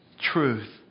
truth